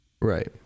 Right